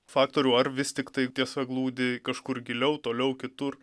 faktorių ar vis tiktai tiesa glūdi kažkur giliau toliau kitur